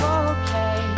okay